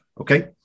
okay